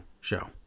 show